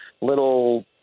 little